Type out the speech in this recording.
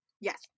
Yes